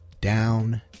down